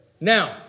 Now